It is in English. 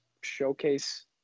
showcase